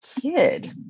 kid